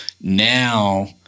now